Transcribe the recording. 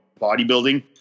bodybuilding